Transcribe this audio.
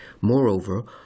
Moreover